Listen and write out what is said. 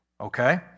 okay